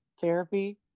therapy